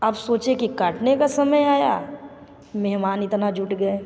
अब सोचे कि काटने का समय आया मेहमान इतना जुट गए